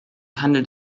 handelt